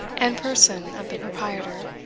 and person of the proprietor.